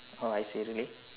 alright say really